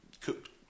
cooked